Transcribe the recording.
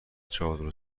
چادر